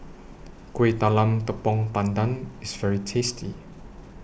Kuih Talam Tepong Pandan IS very tasty